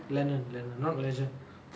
lennon lennon not legend